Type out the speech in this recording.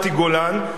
מתי גולן,